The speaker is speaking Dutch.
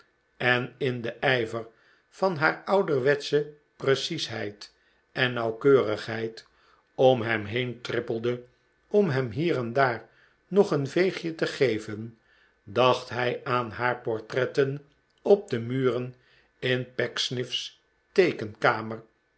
en in den ijver van haar ouderwetsche preciesheid en keurigheid om hem heen trippelde om hem hier en daar nog een veegje te geven dacht hij aan haar portretten op de muren in